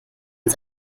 uns